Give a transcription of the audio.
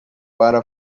para